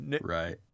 Right